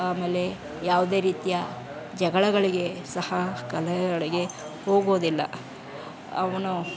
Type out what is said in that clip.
ಆಮೇಲೆ ಯಾವುದೇ ರೀತಿಯ ಜಗಳಗಳಿಗೆ ಸಹ ಕಲಹಗಳಿಗೆ ಹೋಗೋದಿಲ್ಲ ಅವನು